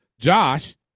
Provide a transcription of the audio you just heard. Josh